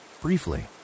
briefly